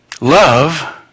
Love